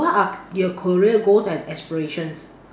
what are your career goals and aspirations